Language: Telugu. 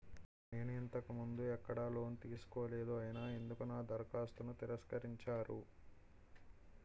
నేను ఇంతకు ముందు ఎక్కడ లోన్ తీసుకోలేదు అయినా ఎందుకు నా దరఖాస్తును తిరస్కరించారు?